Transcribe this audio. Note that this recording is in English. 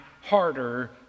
harder